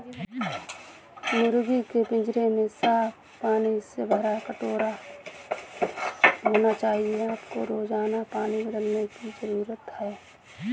मुर्गी के पिंजरे में साफ पानी से भरा कटोरा होना चाहिए आपको रोजाना पानी बदलने की जरूरत है